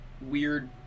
weird